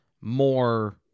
more